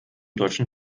deutschen